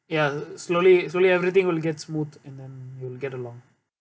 ya slowly slowly everything will get smooth and then you'll get along